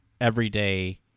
everyday